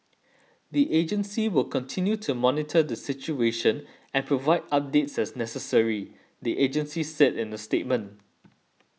the agency will continue to monitor the situation and provide updates as necessary the agency said in a statement